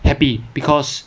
happy because